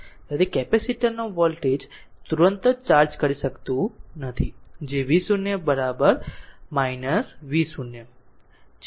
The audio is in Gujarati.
ત્યારથી કેપેસિટર નો વોલ્ટેજ તુરંત જ ચાર્જ કરી શકતું નથી જે v0 v0 છે